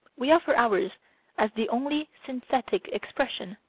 we offer ours as the only synthetic expression.